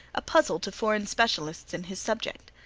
a puzzle to foreign specialists in his subject.